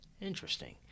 Interesting